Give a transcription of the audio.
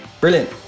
Brilliant